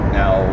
now